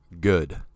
good